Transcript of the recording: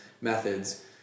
methods